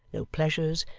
no pleasures,